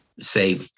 say